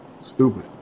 stupid